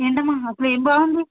ఏంటమ్మా అసలేం బాగుంది